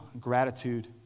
gratitude